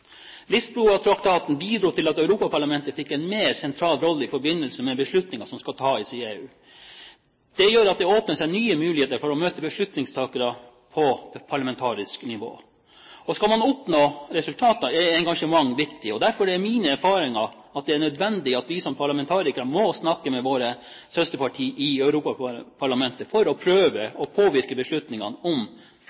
til at Europaparlamentet har fått en mer sentral rolle i forbindelse med beslutningene som skal tas i EU. Det gjør at det åpner seg nye muligheter for å møte beslutningstakere på parlamentarisk nivå. Skal man oppnå resultater, er engasjement viktig. Derfor er mine erfaringer at det er nødvendig at vi som parlamentarikere snakker med våre søsterpartier i Europaparlamentet, for å prøve